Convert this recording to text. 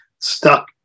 stuck